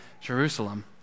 Jerusalem